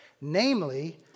Namely